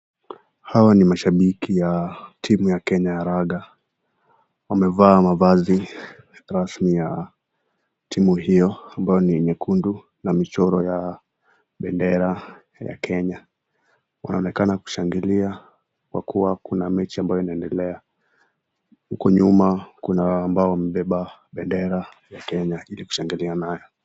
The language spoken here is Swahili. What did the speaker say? Hawa ni mashabiki ya timu ya kenya ya raga. Wamevaa mavazi rasmi ya timu hiyo ambayo ni nyekundu na michoro ya bendera ya kenya, Wanaoenekana kushangilia kwa kuwa kuna mechi inayoendelea, huko nyuma kuna ambao wamebeba bendera ya kenya ili kushangilia nayo.